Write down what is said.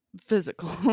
physical